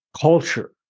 Culture